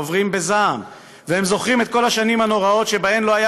ועוברים בזעם / והם זוכרים את כל השנים הנוראות / שבהן לא היה